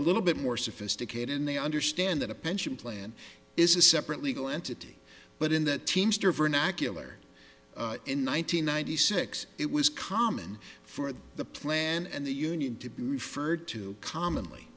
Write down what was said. a little bit more sophisticated and they understand that a pension plan is a separate legal entity but in that teamster vernacular in one thousand nine hundred ninety six it was common for the plan and the union to be referred to commonly